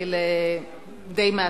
אתחיל די מההתחלה.